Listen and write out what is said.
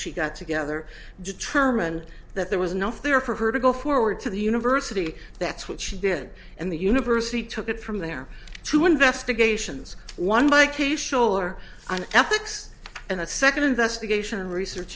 she got together determine that there was enough there for her to go forward to the university that's what she did and the university took it from there to investigations one by case scholer on ethics and a second investigation and research